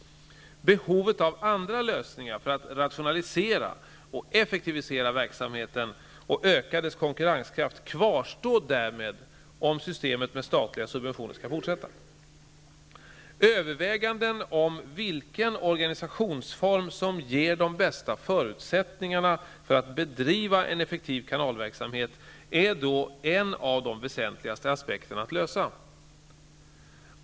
Behovet av andra lösningar för att rationalisera och effektivisera verksamheten och öka dess konkurrenskraft kvarstår därmed, om systemet med statliga subventioner skall fortsätta. Vilken organisationsform som ger de bästa förutsättningarna för att bedriva en effektiv kanalverksamhet är då en av de väsentligaste aspekterna att lösa.